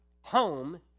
home